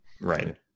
Right